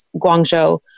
Guangzhou